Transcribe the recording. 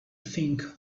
think